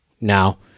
Now